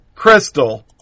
Crystal